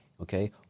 okay